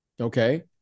Okay